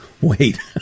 Wait